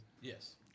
Yes